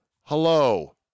hello